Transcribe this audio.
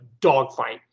dogfight